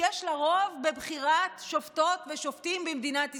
שיש לה רוב בבחירת שופטות ושופטים במדינת ישראל,